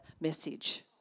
message